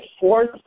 fourth